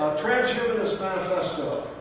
transhumanist manifesto.